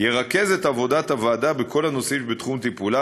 ירכז את עבודת הוועדה בכל הנושאים שבתחום טיפולה,